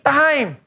time